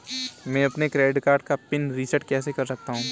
मैं अपने credit card का पिन रिसेट कैसे कर सकता हूँ?